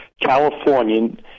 Californian